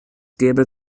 gebe